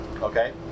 Okay